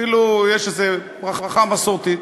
אפילו יש איזו ברכה מסורתית,